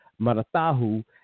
marathahu